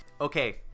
okay